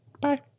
Bye